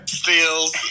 steals